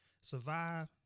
Survive